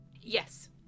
Yes